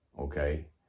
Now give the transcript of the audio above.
okay